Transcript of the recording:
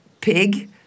pig